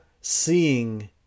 seeing